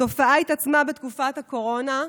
התופעה התעצמה בתקופת הקורונה,